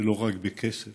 לא רק בכסף,